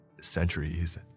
centuries